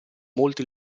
molti